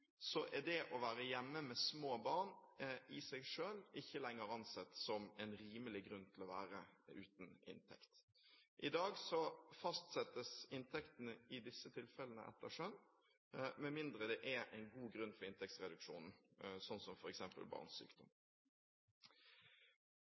er det å være hjemme med små barn i seg selv ikke lenger ansett som en rimelig grunn til å være uten inntekt. I dag fastsettes inntekten i disse tilfellene etter skjønn, med mindre det er en god grunn for inntektsreduksjonen, som f.eks. barns sykdom.